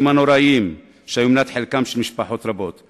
הנוראים שהיו מנת חלקן של משפחות רבות,